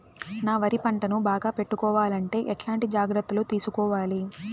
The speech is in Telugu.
నా వరి పంటను బాగా పెట్టుకోవాలంటే ఎట్లాంటి జాగ్రత్త లు తీసుకోవాలి?